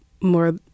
more